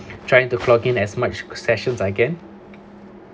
trying to log in as much sessions I can